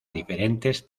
diferentes